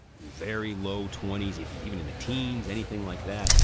very low twenty s, if he's even in the teens, anything like that,